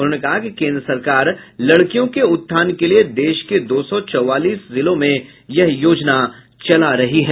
उन्होंने कहा कि केंद्र सरकार लड़कियों के उत्थान के लिये देश के दो सौ चौवालीस जिलों में यह योजना चला रही है